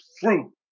fruit